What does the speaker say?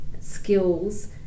skills